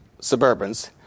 Suburbans